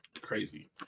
Crazy